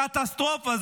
קטסטרופה.